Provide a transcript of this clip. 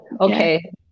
okay